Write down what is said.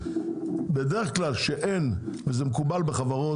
בדרך כלל שאין וזה מקובל בחברות,